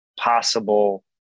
possible